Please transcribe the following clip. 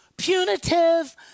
Punitive